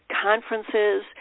conferences